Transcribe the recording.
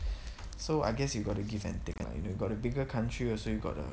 so I guess you gotta give and take lah you know you got the bigger country also you got a